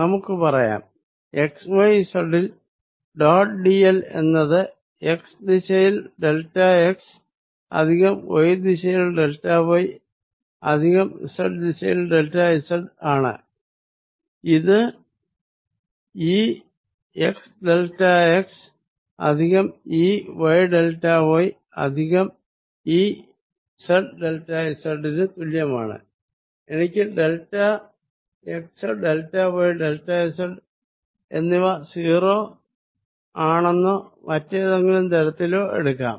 നമുക്ക് പറയാം xy z ൽ ഡോട്ട് dl എന്നത് x ദിശയിൽ ഡെൽറ്റ x പ്ലസ് y ദിശയിൽ ഡെൽറ്റ y അധിക z ദിശയിൽ ഡെൽറ്റ z ആണ് ഇത് E x delta x plus E y delta y plus E z delta z ന് തുല്യമാണ് എനിക്ക് delta x delta x delta z എന്നിവ 0 ആണെന്നോ മറ്റേതെങ്കിലും തരത്തിലോ എടുക്കാം